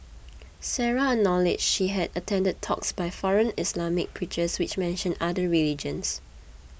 Sarah acknowledged she had attended talks by foreign Islamic preachers which mentioned other religions